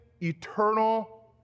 eternal